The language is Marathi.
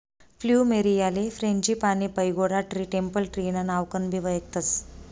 फ्लुमेरीयाले frangipani, pagoda tree, temple tree ना नावकनबी वयखतस